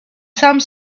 some